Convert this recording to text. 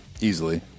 easily